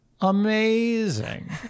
amazing